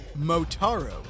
Motaro